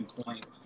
point